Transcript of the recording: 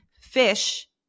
fish